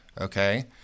okay